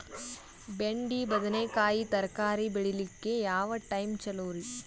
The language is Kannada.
ಬೆಂಡಿ ಬದನೆಕಾಯಿ ತರಕಾರಿ ಬೇಳಿಲಿಕ್ಕೆ ಯಾವ ಟೈಮ್ ಚಲೋರಿ?